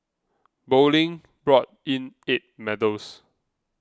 bowling brought in eight medals